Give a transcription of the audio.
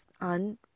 on